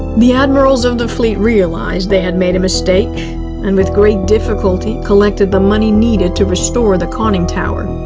the admirals of the fleet realized they had made a mistake and with great difficulty, collected the money needed to restore the conning tower.